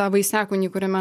tą vaisiakūnį kuriame